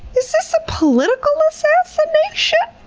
is this a political assassination?